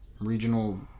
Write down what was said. regional